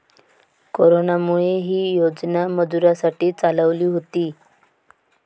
कोरोनामुळे, ही योजना मजुरांसाठी चालवली होती